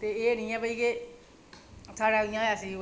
ते एह् निं ऐ की भई एह् साढ़ा इ'यां ऐसी